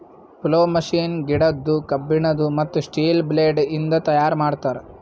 plough machine ಗಿಡದ್ದು, ಕಬ್ಬಿಣದು, ಮತ್ತ್ ಸ್ಟೀಲ ಬ್ಲೇಡ್ ಇಂದ ತೈಯಾರ್ ಮಾಡ್ತರ್